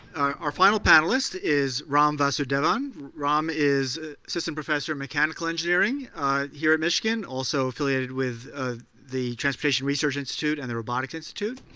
our final panelist is ram vasudevan. ram is assistant professor of mechanical engineering here in michigan. also affiliated with the transportation research institute and the robotics institute.